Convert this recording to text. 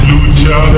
Lucha